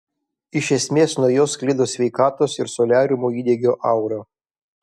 iš esmės nuo jos sklido sveikatos ir soliariumo įdegio aura